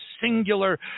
singular